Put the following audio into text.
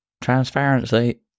Transparency